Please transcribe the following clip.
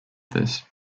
this